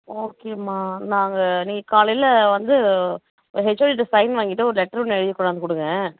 okay அம்மா நாங்கள் நீ காலையில் வந்து ஹெச்ஓடிகிட்ட சைன் வாங்கிவிட்டு ஒரு லெட்ரு ஒன்று எழுதி கொண்டாந்து கொடுங்க